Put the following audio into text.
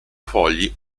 fogli